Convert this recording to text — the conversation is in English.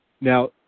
Now